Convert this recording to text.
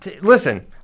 Listen